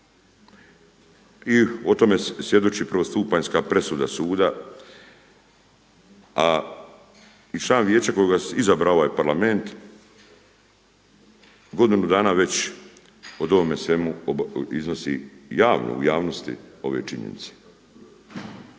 I o tome svjedoči prvostupanjska presuda suda, a član vijeća kojega je izabrao ovaj Parlament godinu dana već o ovome svemu iznosi javno u javnosti ove činjenice.